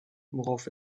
worauf